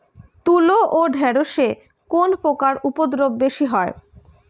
তুলো ও ঢেঁড়সে কোন পোকার উপদ্রব বেশি হয়?